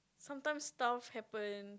sometimes stuff happen